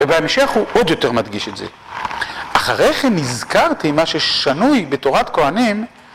ובהמשך הוא עוד יותר מדגיש את זה. אחריכם הזכרתי מה ששנוי בתורת כהנים